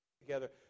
together